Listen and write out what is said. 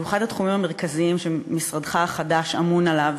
והוא אחד התחומים המרכזיים שמשרדך החדש אמון עליו,